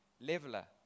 leveler